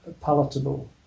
palatable